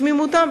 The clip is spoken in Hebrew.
בתמימותם,